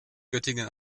göttingen